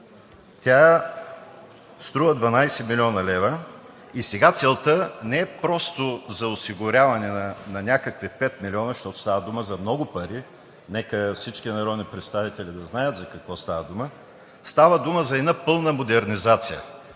Тя струва 12 млн. лв. и сега целта не е просто за осигуряване на някакви 5 милиона, защото става въпрос за много пари. Нека всички народни представители да знаят за какво става дума – за една пълна модернизация.